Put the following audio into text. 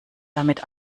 damit